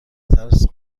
ترس